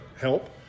help